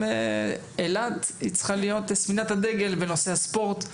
אילת צריכה להיות ספינת הדגל בנושא הספורט,